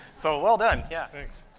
so, well done, yeah. thanks.